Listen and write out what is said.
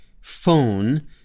phone